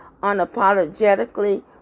unapologetically